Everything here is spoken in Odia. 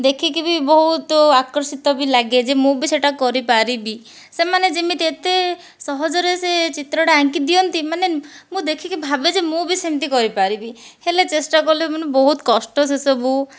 ଦେଖିକି ବି ବହୁତ ଆକର୍ଷିତ ବି ଲାଗେ ଯେ ମୁଁ ବି ସେଇଟା କରିପାରିବି ସେମାନେ ଯେମିତି ଏତେ ସହଜରେ ସେ ଚିତ୍ରଟା ଆଙ୍କିଦିଅନ୍ତି ମାନେ ମୁଁ ଦେଖିକି ଭାବେ ଯେ ମୁଁ ବି ସେମିତି କରିପାରିବି ହେଲେ ଚେଷ୍ଟା କଲେ ମାନେ ବହୁତ କଷ୍ଟ ସେସବୁ